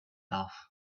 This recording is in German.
darf